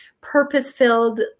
purpose-filled